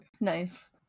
Nice